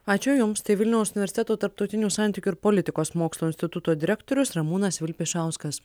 ačiū jums tai vilniaus universiteto tarptautinių santykių ir politikos mokslų instituto direktorius ramūnas vilpišauskas